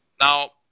Now